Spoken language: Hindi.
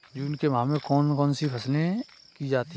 जून के माह में कौन कौन सी फसलें की जाती हैं?